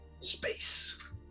space